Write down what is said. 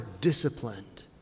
disciplined